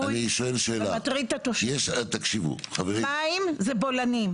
והוא ביקש שנחשוב האם באמת צריך לעשות איזה שהן התאמות מסוימות.